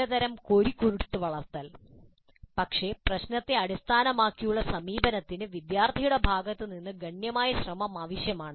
ചിലതരം കോരിക്കൊടുത്തു വളർത്തൽ പക്ഷേ പ്രശ്നത്തെ അടിസ്ഥാനമാക്കിയുള്ള സമീപനത്തിന് വിദ്യാർത്ഥിയുടെ ഭാഗത്തു നിന്ന് ഗണ്യമായ ശ്രമം ആവശ്യമാണ്